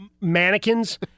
mannequins